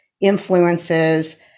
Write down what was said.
influences